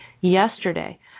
yesterday